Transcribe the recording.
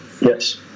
Yes